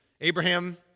Abraham